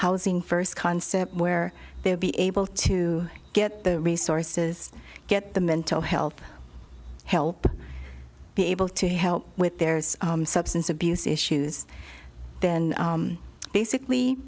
housing first concept where they'll be able to get the resources get the mental health help be able to help with there's substance abuse issues then basically